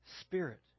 Spirit